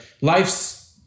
life's